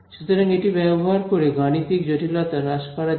সুতরাং এটি ব্যবহার করে গাণিতিক জটিলতা হ্রাস করা যায়